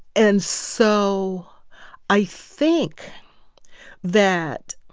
and so i think that